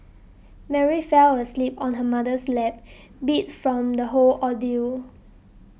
Mary fell asleep on her mother's lap beat from the whole ordeal